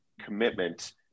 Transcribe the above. commitment